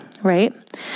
Right